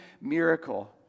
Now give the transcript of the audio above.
miracle